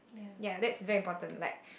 ya that's very important like